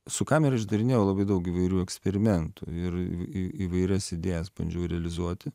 su kamera išdarinėjau labai daug įvairių eksperimentų ir į įvairias idėjas bandžiau realizuoti